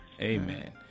Amen